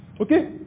Okay